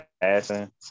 passing